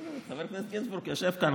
חבר הכנסת גינזבורג יושב כאן,